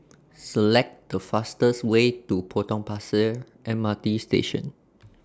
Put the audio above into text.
Select The fastest Way to Potong Pasir M R T Station